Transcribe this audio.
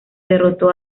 derrotó